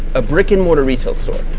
a brick-and-mortar retail store.